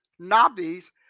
Nabis